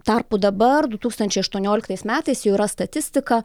tarpu dabar du tūkstančiai aštuonioliktais metais jau yra statistika